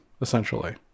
essentially